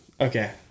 Okay